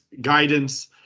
guidance